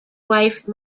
wife